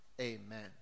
Amen